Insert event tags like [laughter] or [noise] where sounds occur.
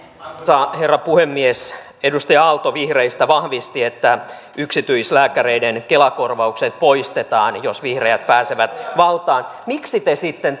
arvoisa herra puhemies edustaja aalto vihreistä vahvisti että yksityislääkäreiden kela korvaukset poistetaan jos vihreät pääsevät valtaan miksi te sitten [unintelligible]